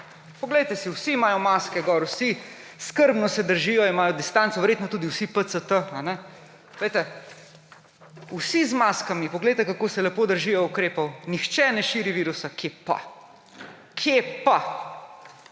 Poglejte si, vsi imajo maske gor, vsi skrbno držijo distanco, verjetno tudi vsi PCT, glejte, vsi z maskami, poglejte, kako se lepo držijo ukrepov! Nihče ne širi virusa, kje pa.